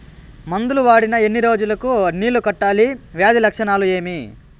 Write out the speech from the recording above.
మందులు వాడిన ఎన్ని రోజులు కు నీళ్ళు కట్టాలి, వ్యాధి లక్షణాలు ఏమి?